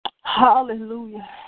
Hallelujah